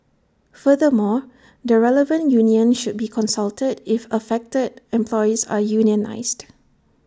furthermore the relevant union should be consulted if affected employees are unionised